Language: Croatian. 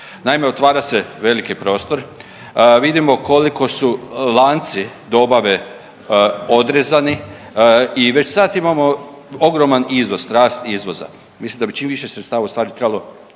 Naime, otvara se veliki prostor, vidimo koliko su lanci dobave odrezani i već sad imamo ogroman iznos, rast izvoza. Mislim da bi čim više sredstava ustvari trebalo